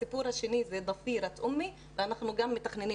הסיפור השני 'בסיראת אומי' ואנחנו גם מתכננים